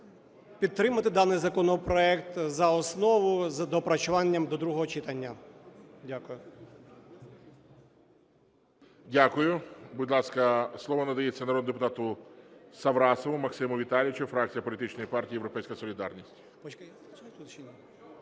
підтримати даний законопроект за основу з доопрацюванням до другого читання. Дякую. ГОЛОВУЮЧИЙ. Дякую. Будь ласка, слово надається народному депутату Саврасову Максиму Віталійовичу, фракція політичної партії "Європейська солідарність".